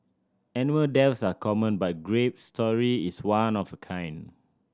animal deaths are common but Grape's story is one of a kind